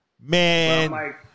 man